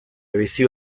bizi